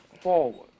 forward